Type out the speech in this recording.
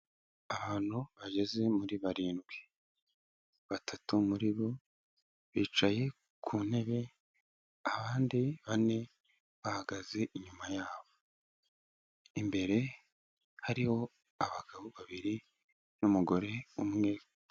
Abantu bageze muri barindwi, batatu muri bo bicaye ku ntebe, abandi bane bahagaze inyuma yabo, imbere hariho abagabo babiri n'umugore umwe.